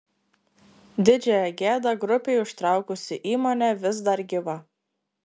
didžiąją gėdą grupei užtraukusi įmonė vis dar gyva